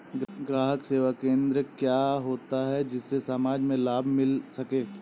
ग्राहक सेवा केंद्र क्या होता है जिससे समाज में लाभ मिल सके?